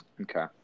Okay